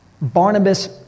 Barnabas